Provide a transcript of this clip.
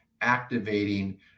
activating